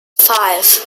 five